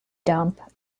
dump